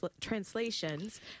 translations